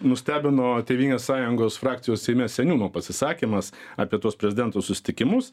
nustebino tėvynės sąjungos frakcijos seime seniūno pasisakymas apie tuos prezidento susitikimus